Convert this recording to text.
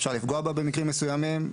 אפשר לפגוע בה במקרים מסוימים,